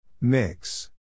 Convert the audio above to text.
Mix